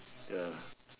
ya